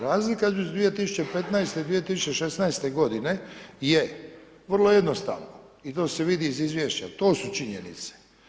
Razlika između 2015. i 2016. godine je vrlo jednostavna i to se vidi iz izvješća, to su činjenice.